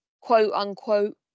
quote-unquote